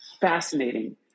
fascinating